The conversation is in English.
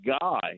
guy